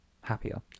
happier